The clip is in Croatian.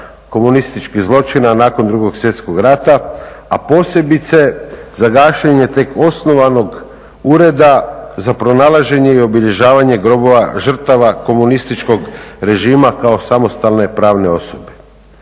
komunističkih zločina nakon II. Svjetskog rata, a posebice za gašenje tek osnovanog Ureda za pronalaženje i obilježavanje grobova žrtava komunističkog režima kao samostalne pravne osobe.